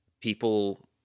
people